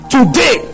Today